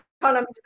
economy